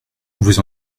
vous